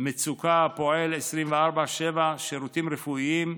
מצוקה הפועל 24/7, שירותים רפואיים,